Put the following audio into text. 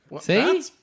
See